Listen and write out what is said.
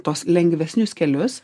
tuos lengvesnius kelius